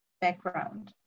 background